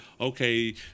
okay